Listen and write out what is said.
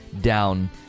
down